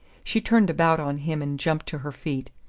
she turned about on him and jumped to her feet.